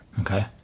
Okay